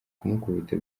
kumukubita